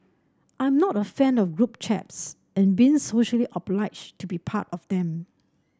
I'm not a fan of group chats and being socially obliged to be part of them